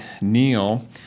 Neil